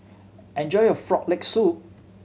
enjoy your Frog Leg Soup